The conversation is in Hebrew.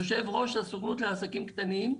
יושב-ראש הסוכנות לעסקים קטנים,